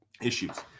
issues